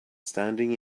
standing